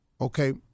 okay